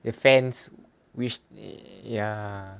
the fans which ya